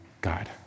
God